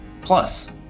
Plus